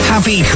Happy